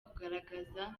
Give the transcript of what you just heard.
kugaragaza